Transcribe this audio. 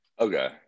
Okay